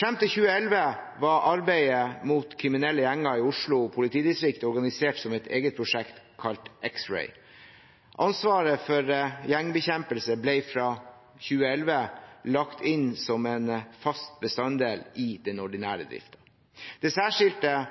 Frem til 2011 var arbeidet mot kriminelle gjenger i Oslo politidistrikt organisert som et eget prosjekt kalt X-ray. Ansvaret for gjengbekjempelse ble fra 2011 lagt inn som en fast bestanddel i den ordinære driften. Det særskilte